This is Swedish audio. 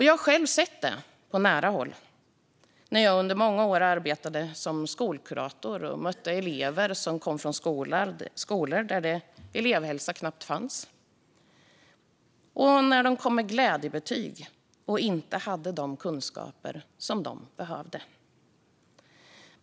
Jag har själv sett detta på nära håll, när jag under många år arbetade som skolkurator och mötte elever som kom från skolor där elevhälsa knappt fanns och kom med glädjebetyg men inte hade de kunskaper de behövde.